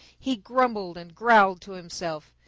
he grumbled and growled to himself.